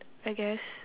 I guess